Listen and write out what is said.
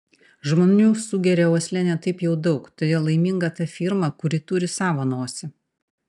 žmonių sugeria uosle ne taip jau daug todėl laiminga ta firma kuri turi savo nosį